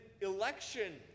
election